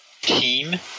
team